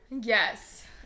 yes